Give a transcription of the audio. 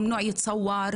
אמנם פתחתי,